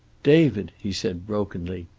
david! he said brokenly.